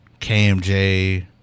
kmj